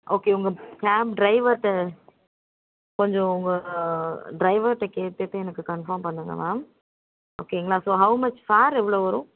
okay உங்கள் cab ட்ரைவர்கிட்ட கொஞ்சம் உங்கள் ட்ரைவர்கிட்ட கேட்டுவிட்டு எனக்கு கன்ஃபார்ம் பண்ணுங்க மேம் ஓகேங்களா ஸோ ஹௌ மச் ஃபேர் எவ்வளோ வரும்